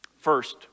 First